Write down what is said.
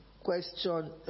question